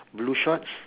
blue shorts